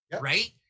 right